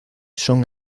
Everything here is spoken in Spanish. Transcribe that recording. son